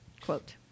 Quote